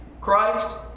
Christ